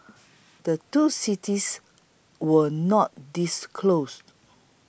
the two cities were not disclosed